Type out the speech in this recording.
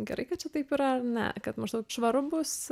gerai kad čia taip yra ar ne kad maždaug švaru bus